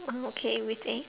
uh okay with egg